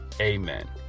Amen